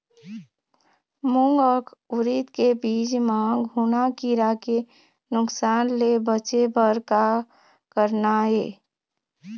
मूंग अउ उरीद के बीज म घुना किरा के नुकसान ले बचे बर का करना ये?